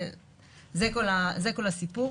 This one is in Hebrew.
זה כל הסיפור.